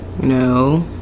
No